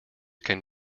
can